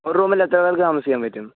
ഒരു റൂമിൽ എത്ര പേർക്ക് താമസിക്കാൻ പറ്റും